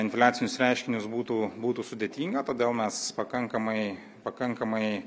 infliacinius reiškinius būtų būtų sudėtinga todėl mes pakankamai pakankamai